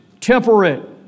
temperate